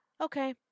okay